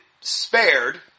spared